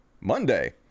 Monday